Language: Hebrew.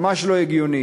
ממש לא הגיוני.